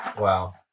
Wow